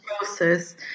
process